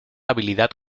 habilidad